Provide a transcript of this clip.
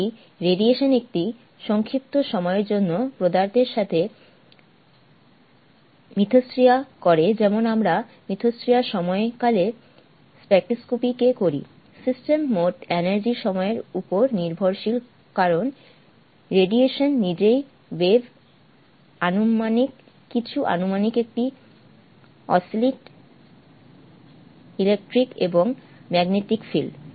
যদি রেডিয়েশন একটি সংক্ষিপ্ত সময়ের জন্য পদার্থের সাথে মিথস্ক্রিয়া করে যেমন আমরা মিথস্ক্রিয়া সময়কালে স্পেকট্রোস্কোপি কে করি সিস্টেম মোট এনার্জি সময়ের উপর নির্ভরশীল কারণ রেডিয়েশন নিজেই ওয়েভ আনুমানিক কিছু আনুমানিক একটি অস্সিলাটিং ইলেকট্রিক এবং ম্যাগনেটিক ফিল্ড